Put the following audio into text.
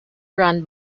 run